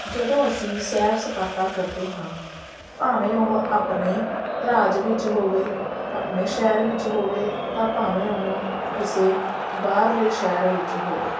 ਜਦੋਂ ਅਸੀਂ ਸੈਰ ਸਪਾਟਾ ਕਰਦੇ ਹਾਂ ਭਾਵੇਂ ਉਹ ਆਪਣੇ ਰਾਜ ਵਿੱਚ ਹੋਵੇ ਆਪਣੇ ਸ਼ਹਿਰ ਵਿੱਚ ਹੋਵੇ ਤਾਂ ਭਾਵੇਂ ਉਹ ਕਿਸੇ ਬਾਹਰਲੇ ਸ਼ਹਿਰ ਵਿੱਚ ਹੋਵੇ